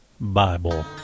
bible